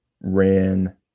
ran